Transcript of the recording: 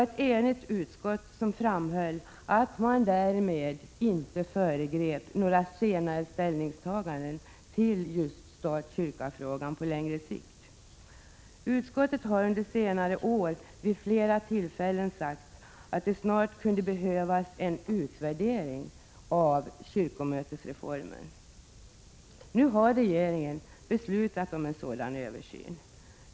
Ett enigt utskott framhöll att man därmed inte föregrep några senare ställningstaganden till stat—kyrka-frågan på längre sikt. Utskottet har under senare år vid flera tillfällen sagt att det snart kunde behövas en utvärdering av kyrkomötesreformen. Nu har regeringen beslutat om en sådan översyn.